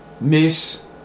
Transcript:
Miss